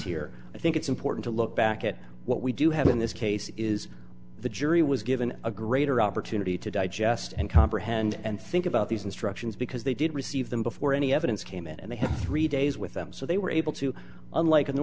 here i think it's important to look back at what we do have in this case is the jury was given a greater opportunity to digest and comprehend and think about these instructions because they did receive them before any evidence came in and they had three days with them so they were able to unlike